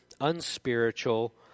unspiritual